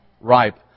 ripe